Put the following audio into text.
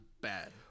bad